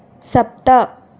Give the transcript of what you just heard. सप्त